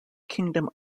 kingdom